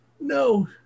no